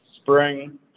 spring